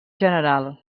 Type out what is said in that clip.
general